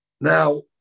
Now